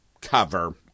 cover